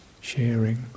sharing